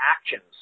actions